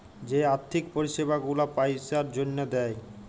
যে আথ্থিক পরিছেবা গুলা পইসার জ্যনহে দেয়